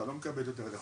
אתה לא מקבל יותר לחודש,